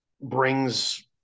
Brings